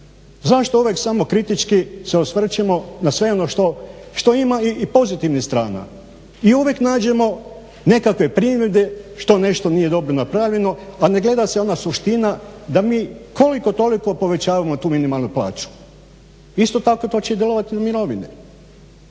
Zašto uvijek samo kritički se osvrćemo na sve ono što ima i pozitivnih strana. I uvijek nađemo nekakve primjedbe što nešto nije dobro napravljeno, a ne gleda se ona suština da mi koliko toliko povećavamo tu minimalnu plaću. Isto tako će djelovati i na mirovine.